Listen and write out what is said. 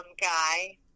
guy